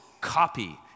copy